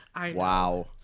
Wow